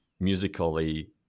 Musically